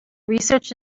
research